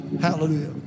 hallelujah